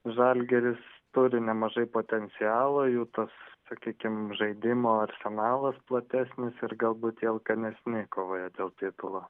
žalgiris turi nemažai potencialo jų tas sakykim žaidimo arsenalas platesnis ir galbūt jie alkanesni kovoje dėl titulo